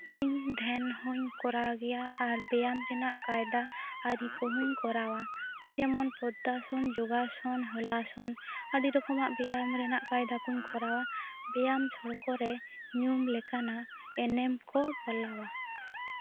ᱤᱧ ᱫᱷᱮᱱ ᱦᱚᱹᱧ ᱠᱚᱨᱟᱣ ᱜᱮᱭᱟ ᱟᱨ ᱵᱮᱭᱟᱢ ᱨᱮᱱᱟᱜ ᱠᱟᱭᱫᱟ ᱟᱹᱨᱤ ᱠᱚᱦᱚᱸ ᱤᱧ ᱠᱚᱨᱟᱣᱟ ᱡᱮᱢᱚᱱ ᱯᱚᱫᱭᱟᱥᱚᱱ ᱡᱚᱜᱟᱥᱚᱱ ᱦᱚᱞᱟᱥᱚᱱ ᱟᱹᱰᱤ ᱨᱚᱠᱚᱢ ᱵᱮᱭᱟᱢ ᱨᱮᱱᱟᱜ ᱠᱟᱭᱫᱟ ᱠᱚᱹᱧ ᱠᱚᱨᱟᱣᱟ ᱵᱮᱭᱟᱢ ᱥᱚᱲᱠᱚ ᱧᱩᱢ ᱞᱮᱠᱟᱱᱟᱜ ᱮᱱᱮᱢ ᱠᱚ ᱯᱟᱞᱟᱣᱟ